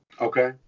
okay